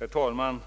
Herr talman!